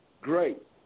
Great